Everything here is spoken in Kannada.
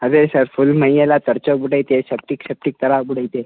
ಅದೇ ಸರ್ ಫುಲ್ ಮೈ ಎಲ್ಲ ತರ್ಚಿ ಹೋಗ್ಬಿಟೈತೆ ಸೆಪ್ಟಿಕ್ ಸೆಪ್ಟಿಕ್ ತರ ಆಗ್ಬುಟೈತೆ